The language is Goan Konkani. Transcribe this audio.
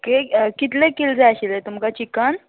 कितले कील जाय आशिल्लें तुमकां चिकन